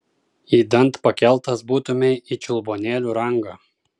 idant pakeltas būtumei į čiulbuonėlių rangą